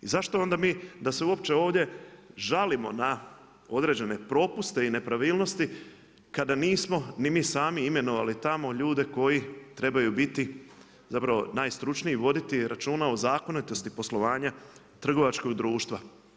I zašto onda mi da se uopće ovdje žalimo na određene propuste i nepravilnosti kada nismo ni mi sami imenovali tamo ljude koji trebaju biti zapravo najstručniji, voditi računa o zakonitosti poslovanja trgovačkog društva.